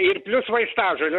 ir plius vaistažolių